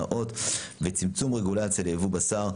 יצרן נאות וצמצום רגולציה לייבוא בשר)